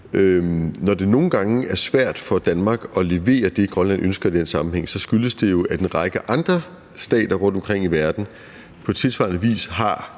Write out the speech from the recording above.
Når det nogle gange er svært for Danmark at levere det, som Grønland ønsker i den sammenhæng, skyldes det jo, at en række andre stater rundtomkring i verden på tilsvarende vis har